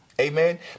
Amen